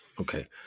Okay